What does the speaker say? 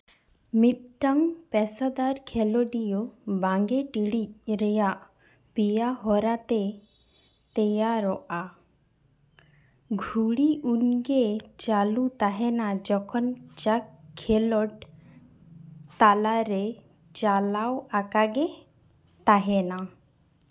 ᱢᱤᱫᱴᱟᱱ ᱯᱮᱥᱟᱫᱟᱨ ᱠᱷᱮᱞᱳᱰᱤᱭᱟᱹ ᱵᱟᱜᱮ ᱴᱤᱲᱤᱡ ᱨᱮᱭᱟᱜ ᱯᱮᱭᱟ ᱦᱚᱨᱟᱛᱮ ᱛᱮᱭᱟᱨᱚᱜᱼᱟ ᱜᱷᱩᱲᱤ ᱩᱱᱜᱮ ᱪᱟᱹᱞᱩ ᱛᱟᱦᱮᱱᱟ ᱡᱚᱠᱷᱚᱱ ᱪᱟᱠ ᱠᱷᱮᱞᱚᱸᱰ ᱛᱟᱞᱟᱨᱮ ᱪᱟᱞᱟᱣ ᱟᱠᱟᱜᱮ ᱛᱟᱦᱮᱱᱟ